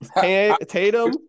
Tatum